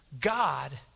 God